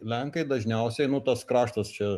lenkai dažniausiai nu tas kraštas čia